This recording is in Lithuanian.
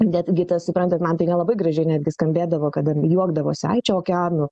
netgi suprantat man tai nelabai graži netgi skambėdavo kad juokdavosi ai čia okeanų